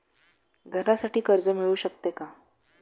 घरासाठी कर्ज मिळू शकते का?